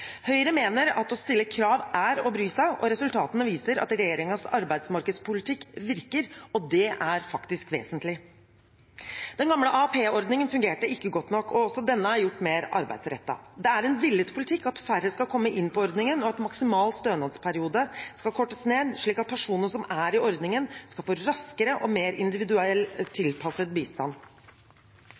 Høyre mener at å stille krav er å bry seg, og resultatene viser at regjeringens arbeidsmarkedspolitikk virker. Det er faktisk vesentlig. Den gamle AAP-ordningen fungerte ikke godt nok, og også denne er gjort mer arbeidsrettet. Det er en villet politikk at færre skal komme inn på ordningen og at maksimal stønadsperiode skal kortes ned, slik at personer som er i ordningen, skal få raskere og mer individuell tilpasset bistand.